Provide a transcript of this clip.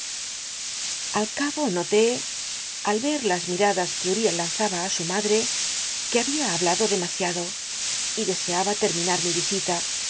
al éabo noté al ver las mimdas que uriah lanzaba á su madre que habia hablado demasiado y deseaba terminar mi visita